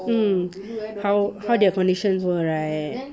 mm how how their conditions were right